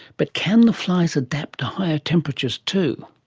but can the flies adapt to higher temperatures too?